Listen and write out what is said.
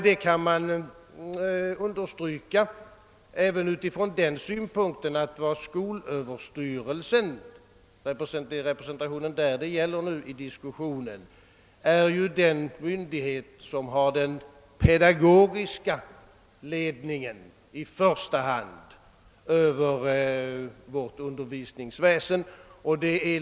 Detta kan man understryka även utifrån den synpunkten att skolöverstyrelsen — som frågan om representationen nu gäller — är den myndighet som har den pedagogiska ledningen i första hand över vårt undervisningsväsende.